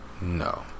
No